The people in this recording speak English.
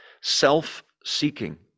self-seeking